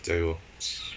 加油